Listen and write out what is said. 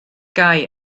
gau